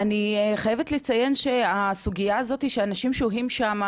אני חייבת לציין שהסוגייה הזאת של אנשים ששוהים שם,